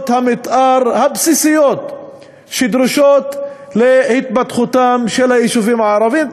המתאר הבסיסיות שדרושות להתפתחותם של היישובים הערביים,